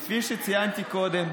כפי שציינתי קודם,